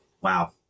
wow